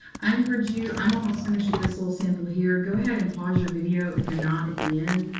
i encourage you i'm almost finished with this little sample here. go ahead and pause your video if you're not at the end.